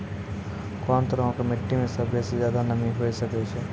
कोन तरहो के मट्टी मे सभ्भे से ज्यादे नमी हुये सकै छै?